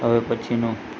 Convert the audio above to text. હવે પછીનું